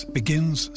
begins